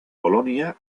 bolonia